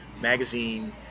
magazine